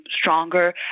stronger